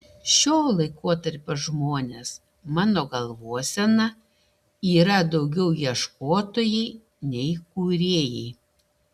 šio laikotarpio žmonės mano galvosena yra daugiau ieškotojai nei kūrėjai